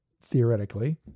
theoretically